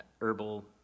herbal